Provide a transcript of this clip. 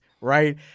right